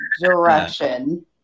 direction